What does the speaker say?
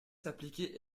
s’appliquer